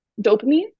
dopamine